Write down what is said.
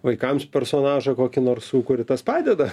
vaikams personažą kokį nors sukuri tas padeda